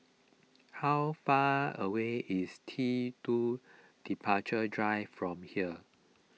how far away is T two Departure Drive from here